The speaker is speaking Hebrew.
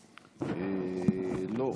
לא.